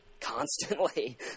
constantly